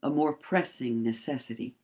a more pressing necessity.